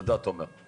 תודה, תומר.